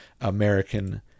American